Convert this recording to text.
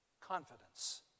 confidence